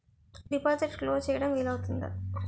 డిపాజిట్లు క్లోజ్ చేయడం వీలు అవుతుందా?